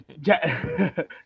Jack